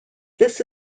this